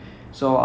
ஆமா:aama